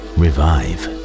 revive